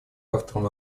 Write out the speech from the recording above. авторам